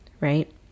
right